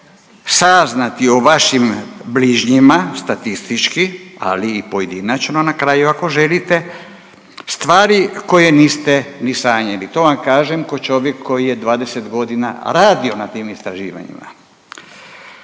saznati o vašim bližnjima statistički ali i pojedinačno na kraju ako želite stvari koje niste ni sanjali. To vam kažem ko čovjek koji je 20 godina radio na tim istraživanjima.